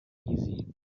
easy